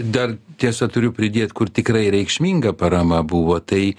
dar tiesa turiu pridėt kur tikrai reikšminga parama buvo tai